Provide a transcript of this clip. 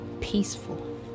peaceful